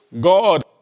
God